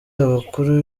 abakuru